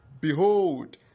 behold